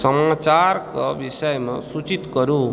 समाचारके के विषयमे सूचित करू